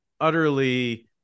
utterly